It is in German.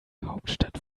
hauptstadt